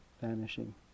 vanishing